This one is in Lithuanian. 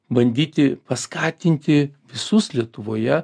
bandyti paskatinti visus lietuvoje